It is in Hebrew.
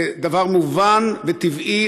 זה דבר מובן וטבעי,